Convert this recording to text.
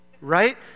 right